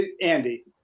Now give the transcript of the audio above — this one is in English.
Andy